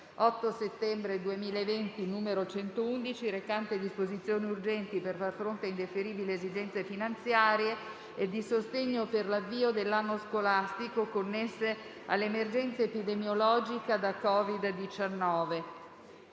8 settembre 2020, n. 111, recante disposizioni urgenti per far fronte a indifferibili esigenze finanziarie e di sostegno per l'avvio dell'anno scolastico connesse all'emergenza epidemiologica da COVID-19»